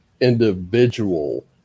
individual